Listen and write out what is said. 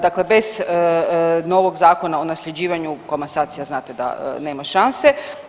Dakle, bez novog Zakona o nasljeđivanju komasacija znate da nema šanse.